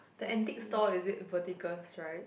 the antique store is it vertical stripe